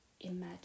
imagine